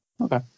Okay